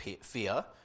fear